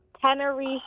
Tenerife